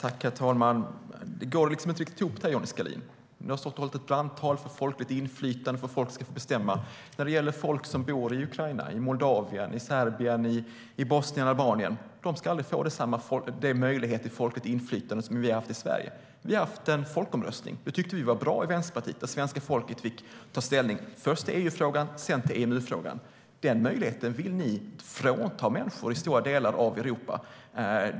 Herr talman! Det du säger går inte ihop, Johnny Skalin. Du har hållit ett brandtal om folkets inflytande, att folket ska få bestämma. När det gäller folk som bor i Ukraina, Moldavien, Serbien, Bosnien, Albanien ska de inte få möjlighet till folkligt inflytande på samma sätt som vi fått i Sverige. Vi har haft en folkomröstning. Vänsterpartiet tyckte att det var bra att svenska folket fick ta ställning först i EU-frågan, sedan i EMU-frågan. Den möjligheten vill ni i Sverigedemokraterna frånta människorna i stora delar av Europa.